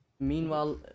Meanwhile